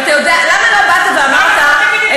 למה לא באת ואמרת,